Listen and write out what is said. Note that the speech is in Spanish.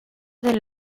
del